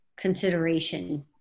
consideration